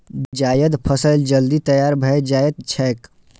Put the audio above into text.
जायद फसल जल्दी तैयार भए जाएत छैक